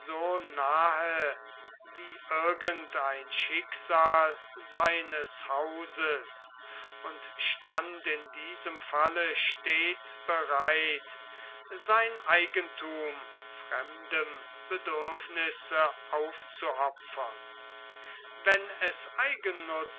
wie irgend ein schicksal seines hauses und stand in diesem falle stets bereit sein eigenthum fremdem bedürfnisse aufzuopfern wenn es eigennutz